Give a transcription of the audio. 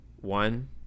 One